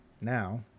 Now